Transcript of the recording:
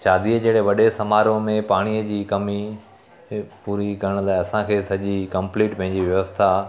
शादीअ जहिड़े वॾे समारोह में पाणीअ जी कमी खे पूरी करण लाइ असांखे सॼी कम्पलीट पंहिंजी व्यवस्था